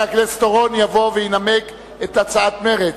יבוא וינמק את הצעת מרצ.